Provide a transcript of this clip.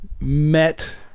met